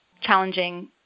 challenging